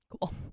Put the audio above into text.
Cool